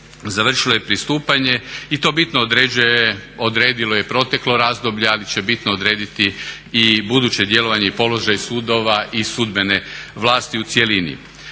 završilo je pristupanje i to bitno određuje, odredilo je i proteklo razdoblje ali će bitno odrediti i buduće djelovanje i položaj sudova i sudbene vlasti u cjelini.